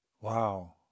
Wow